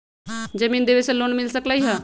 जमीन देवे से लोन मिल सकलइ ह?